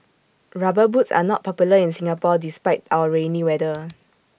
rubber boots are not popular in Singapore despite our rainy weather